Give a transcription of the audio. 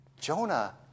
Jonah